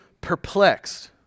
perplexed